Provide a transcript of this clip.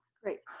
great,